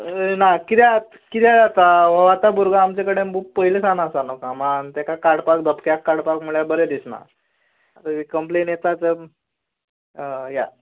ना कितें जाता हो आतां भुरगो आमचे कडेन खूब पयलीं सावन आसा न्हू कामाक आनी तेका काडपाक धपक्याक काडपाक म्हळ्यार बरें दिसना आतां कम्पलेन येता तर या